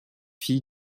fille